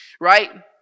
Right